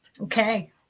Okay